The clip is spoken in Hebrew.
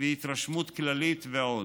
התרשמות כללית ועוד.